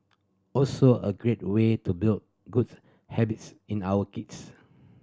also a great way to build good habits in our kids